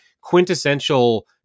quintessential